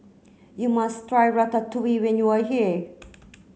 you must try Ratatouille when you are here